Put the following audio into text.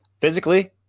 physically